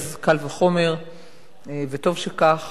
אז קל וחומר וטוב שכך